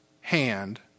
hand